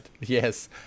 yes